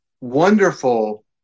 wonderful